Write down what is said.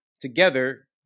together